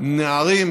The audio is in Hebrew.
לנערים